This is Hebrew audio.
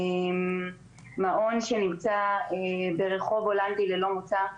מעון שנמצא ברחוב הולנדי ללא מוצא,